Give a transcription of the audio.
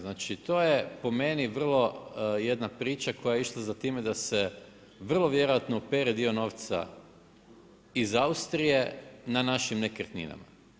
Znači, to je po meni vrlo jedna priča koja je išla za time da se vrlo vjerojatno opere dio novca iz Austrije na našim nekretninama.